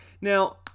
Now